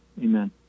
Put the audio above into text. Amen